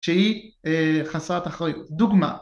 שהיא חסרת אחריות. דוגמה